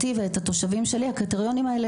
אותי ואת התושבים שלי הקריטריונים האלה